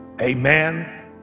amen